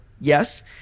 Yes